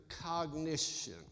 cognition